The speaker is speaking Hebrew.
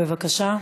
בבקשה,